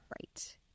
Right